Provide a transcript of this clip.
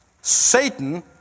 Satan